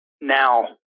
now